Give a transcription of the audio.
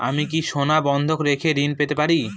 আমি কি সোনা বন্ধক রেখে ঋণ পেতে পারি?